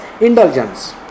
indulgence